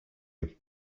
and